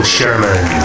Sherman